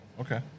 okay